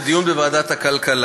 לדיון בוועדת הכלכלה.